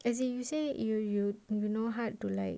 as in you you say you you you know hard to like